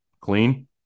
clean